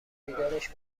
بیدارش